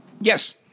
Yes